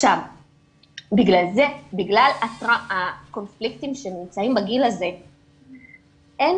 בגלל הקונפליקטים שנמצאים בגיל הזה אין